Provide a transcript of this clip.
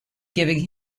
giving